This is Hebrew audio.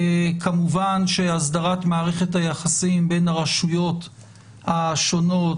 כמובן שהסדרת מערכת היחסים בין הרשויות השונות,